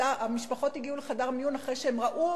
שהמשפחות הגיעו לחדר מיון אחרי שהן ראו